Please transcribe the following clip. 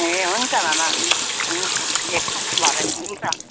ए हुन्छ मामा हुन्छ हुन्छ हुन्छ भेटौँ न भरे हुन्छ हुन्छ